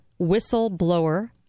whistleblower